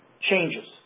changes